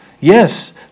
Yes